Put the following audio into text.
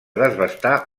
desbastar